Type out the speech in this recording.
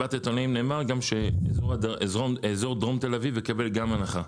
במסיבת העיתונאים נאמר שגם אזור דרום תל אביב יקבל הנחה.